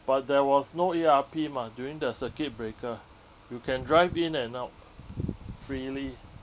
but there was no E_R_P mah during the circuit breaker you can drive in and out freely